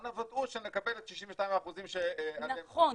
אנא ודאו שנקבל את 62%. נכון,